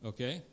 Okay